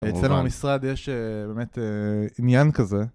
אצלנו המשרד יש באמת עניין כזה.